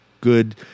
good